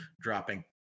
dropping